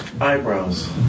Eyebrows